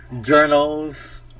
journals